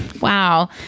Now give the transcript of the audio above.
Wow